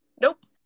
Nope